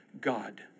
God